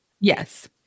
Yes